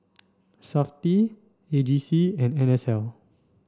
SAFTI A G C and N S L